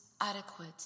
adequate